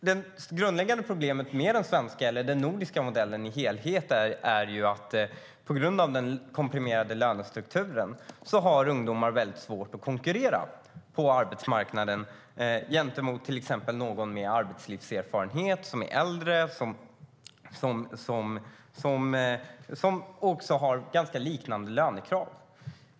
Det grundläggande problemet med den nordiska modellen i sin helhet är att ungdomar på grund av den komprimerade lönestrukturen har svårt att konkurrera på arbetsmarknaden gentemot till exempel någon med arbetslivserfarenhet som är äldre och har liknande lönekrav.